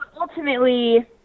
ultimately